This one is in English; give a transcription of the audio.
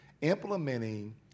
implementing